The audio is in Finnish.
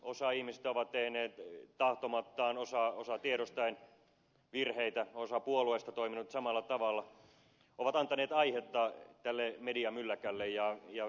osa ihmisistä on tehnyt tahtomattaan osa tiedostaen virheitä osa puolueista toiminut samalla tavalla ja se on antanut aihetta tälle mediamylläkälle